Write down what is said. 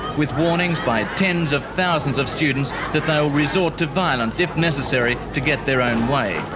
with warnings by tens of thousands of students that they'll resort to violence if necessary, to get their own way.